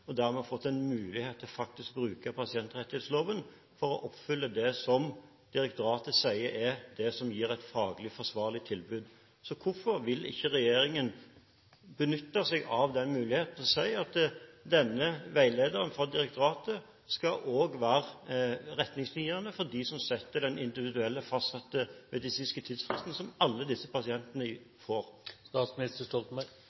og dermed få en mulighet til å bruke pasientrettighetsloven til å oppfylle det som direktoratet sier er det som gir et faglig forsvarlig tilbud. Så hvorfor vil ikke regjeringen benytte seg av den muligheten til å si at denne veilederen fra direktoratet også skal være retningsgivende for dem som setter den individuelt medisinsk fastsatte tidsfristen, som alle disse pasientene